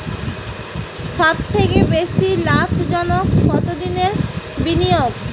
সবথেকে বেশি লাভজনক কতদিনের বিনিয়োগ?